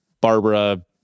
barbara